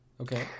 okay